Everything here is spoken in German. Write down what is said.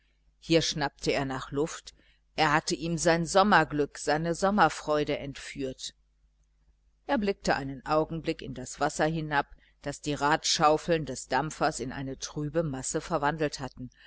hier schnappte er nach luft er hatte ihm sein sommerglück seine sommerfreude entführt er blickte einen augenblick in das wasser hinab das die radschaufeln des dampfers in eine trübe masse verwandelt hatten